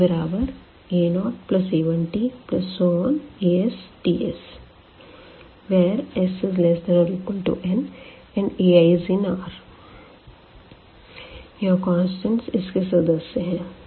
pta0a1tastswhere s≤n and ai∈R यहां constants इसके सदस्य है